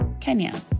Kenya